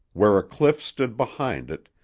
where a cliff stood behind it,